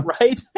Right